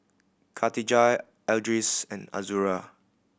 Khatijah Idris and Azura